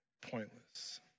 pointless